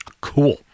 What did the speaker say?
Cool